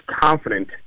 confident